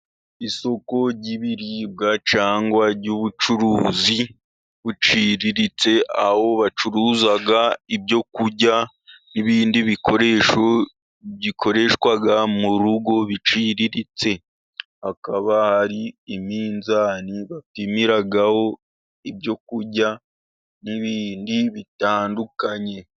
Isoko ry'ibiribwa cyangwa ry'ubucuruzi buciriritse, aho bacuruza ibyo kurya n'ibindi bikoresho bikoreshwa mu rugo biciriritse, akaba ari iminzani bapimiraho ibyo kurya n'ibindi bitandukanye.